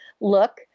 look